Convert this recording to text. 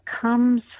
comes